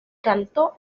cantó